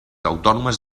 autònomes